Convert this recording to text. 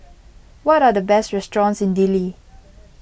what are the best restaurants in Dili